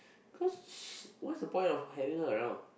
cause what's the point of having her around